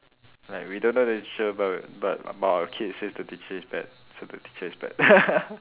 like we don't know the teacher but but but our kid says the teacher is bad so the teacher is bad